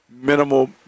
minimal